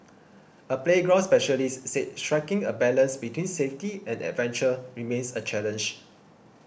a playground specialist said striking a balance between safety and adventure remains a challenge